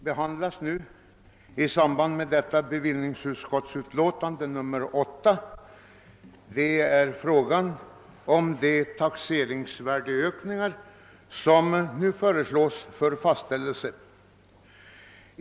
Herr talman! Den fråga som behandlas i förevarande utskottsutlåtande rör de taxeringsvärdeökningar som nu föreslås fastställda.